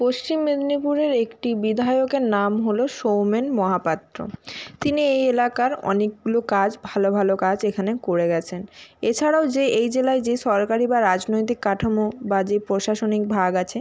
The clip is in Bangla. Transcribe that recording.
পশ্চিম মেদিনীপুরের একটি বিধায়কের নাম হলো সৌমেন মহাপাত্র তিনি এই এলাকার অনেকগুলো কাজ ভালো ভালো কাজ এখানে করে গেছেন এছাড়াও যে এই জেলায় যে সরকারি বা রাজনৈতিক কাঠামো বা যে প্রশাসনিক ভাগ আছে